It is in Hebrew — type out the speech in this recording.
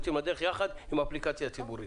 יוצאים לדרך יחד עם אפליקציה ציבורית.